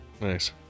Nice